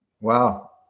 Wow